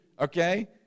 okay